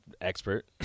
expert